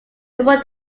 before